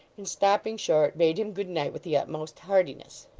and, stopping short, bade him good night with the utmost heartiness.